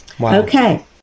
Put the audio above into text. Okay